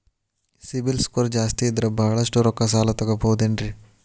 CIBIL score ಜಾಸ್ತಿ ಇದ್ರ ಬಹಳಷ್ಟು ರೊಕ್ಕ ಸಾಲ ತಗೋಬಹುದು ಏನ್ರಿ?